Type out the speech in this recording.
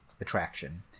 attraction